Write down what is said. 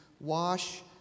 Wash